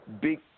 big